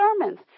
sermons